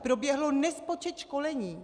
Proběhl nespočet školení.